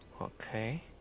Okay